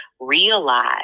realize